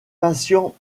patient